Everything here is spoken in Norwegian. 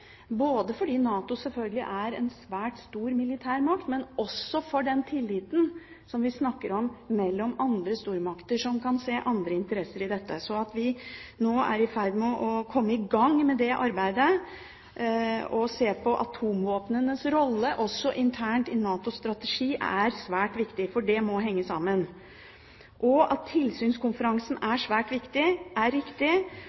fordi NATO selvfølgelig er en svært stor militær makt, men også for den tilliten som vi snakker om, mellom andre stormakter som kan se andre interesser i dette. At vi nå er i ferd med å komme i gang med det arbeidet og se på atomvåpnenes rolle også internt i NATOs strategi, er svært viktig, for det må henge sammen. At tilsynskonferansen